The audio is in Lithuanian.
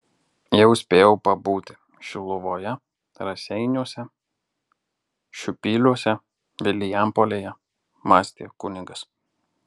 jau spėjau pabūti šiluvoje raseiniuose šiupyliuose vilijampolėje mąstė kunigas